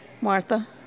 Martha